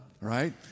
right